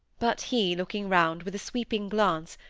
but he, looking round with a sweeping glance,